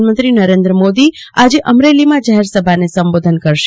પ્રધાનમંત્રી નરેન્દ્રમોદી આજે અમરેલીમાં જાહેરસભાને સંબોધશે